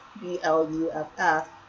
B-L-U-F-F